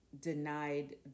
denied